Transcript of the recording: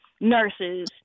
Nurses